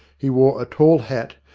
he wore a tall hat,